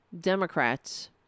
Democrats